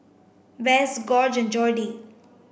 Bess Gorge Jordy